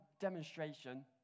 demonstration